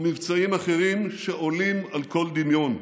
ומבצעים אחרים שעולים על כל דמיון.